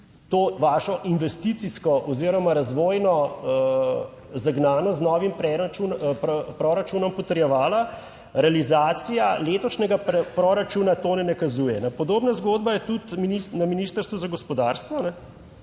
to vašo investicijsko oziroma razvojno zagnanost z novim proračunom potrjevala, realizacija letošnjega proračuna tega ne nakazuje. Podobna zgodba je tudi na Ministrstvu za gospodarstvo,